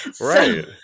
Right